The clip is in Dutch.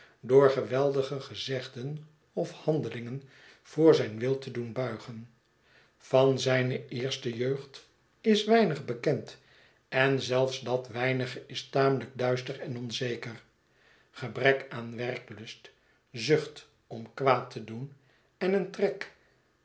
door geweldige gezegden of handelingen voor zijn wil te doen buigen van zijne eerste jeugd is weinig bekend en zelfs dat weinige is tamelijk duister en onzeker gebrek aan werklust zucht om kwaad te doen en een trek